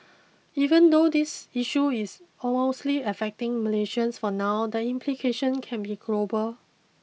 even though this issue is mostly affecting Malaysians for now the implications can be global